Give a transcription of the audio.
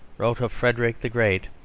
wrote of frederick the great,